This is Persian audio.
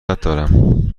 دارم